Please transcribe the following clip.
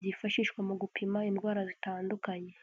byifashishwa mu gupima indwara zitandukanye.